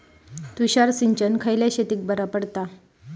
तुषार सिंचन खयल्या शेतीक बरा पडता?